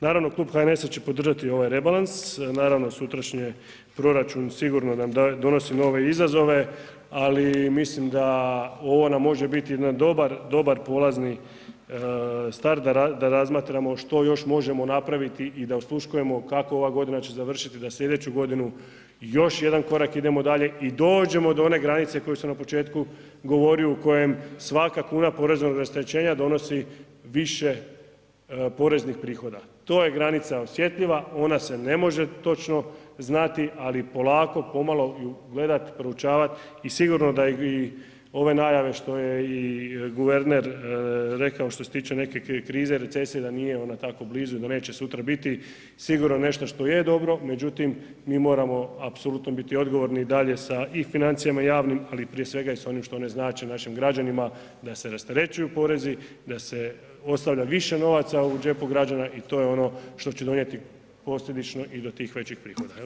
Naravno klub HNS-a će podržati ovaj rebalansa, naravno sutrašnji proračun sigurno nam donosi nove izazove ali mislim da ovo nam može biti jedan dobar polazni start da razmatramo što još možemo napraviti i da osluškujemo kako ova godina će završiti, da slijedeću godinu još jedan korak idemo dalje i dođemo do one granice koju sam na početku govorio, u kojem svaka kuna poreznog rasterećenja donosi više poreznih prihoda, tu je granica osjetljiva, ona se ne može točno znati polako, pomalo ju gledat, proučavat i sigurno da i ove najave što je i guverner rekao što se tiče neke krize, recesije da nije ona tako blizu, da neće sutra biti sigurno što je dobro međutim mi moramo apsolutno biti odgovorni i dalje sa i financijama javnim ali prije svega i sa onim što one znače našim građanima da se rasterećuju porezi, da se ostavlja više novaca u džepu građana i to je ono što se donijeti posljedično i do tih većih prohoda.